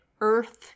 Earth